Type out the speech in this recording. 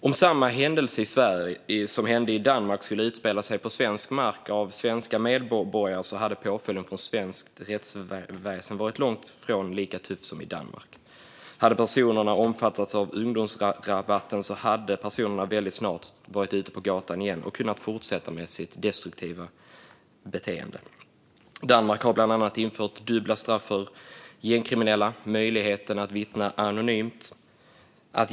Om samma händelse som inträffade i Danmark hade utspelat sig på svensk mark med svenska medborgare hade påföljden från svenskt rättsväsen varit långt ifrån lika tuff som i Danmark. Hade personerna omfattats av ungdomsrabatten hade personerna väldigt snart varit ute på gatan igen och kunnat fortsätta med sitt destruktiva beteende. Danmark har bland annat infört dubbla straff för gängkriminella och möjlighet att vittna anonymt.